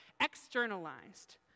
externalized